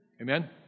Amen